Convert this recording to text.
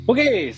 Okay